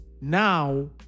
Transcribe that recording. Now